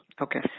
Okay